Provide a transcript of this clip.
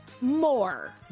More